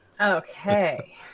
Okay